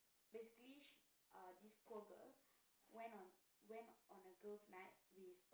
basically she uh this poor girl went on went on a girls night with